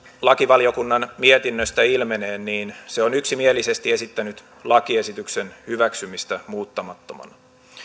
lakivaliokunnan mietinnöstä ilmenee se on yksimielisesti esittänyt lakiesityksen hyväksymistä muuttamattomana